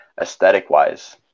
aesthetic-wise